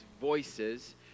Voices